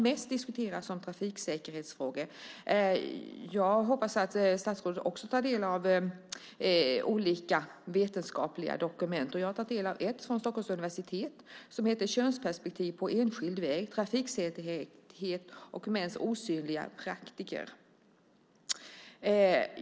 Jag hoppas att statsrådet också tar del av olika vetenskapliga dokument. Jag har fått del av ett från Stockholms universitet som heter Könsperspektiv på enskild väg: Trafiksäkerhet och mäns synliga praktiker .